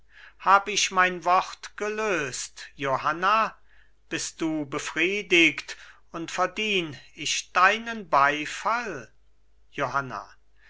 hab ich mein wort gelöst johanna bist du befriedigt und verdien ich deinen beifall johanna